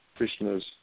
Krishna's